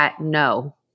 no